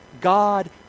God